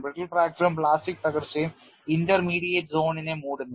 brittle fracture ഉം plastic തകർച്ചയും intermediate സോണിനെ മൂടുന്നു